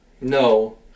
No